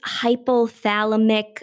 hypothalamic